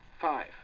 five